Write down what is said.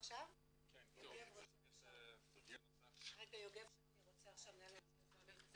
מנהל ממשל זמין יוגב שמני רוצה לדבר.